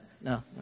no